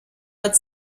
got